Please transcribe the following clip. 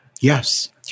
Yes